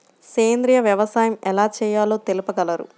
సేంద్రీయ వ్యవసాయం ఎలా చేయాలో తెలుపగలరు?